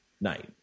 night